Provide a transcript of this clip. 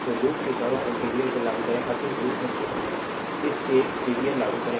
तो लूप के चारों ओर केवीएल को लागू करें अब इस लूप में इस में केवीएल लागू करें